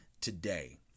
today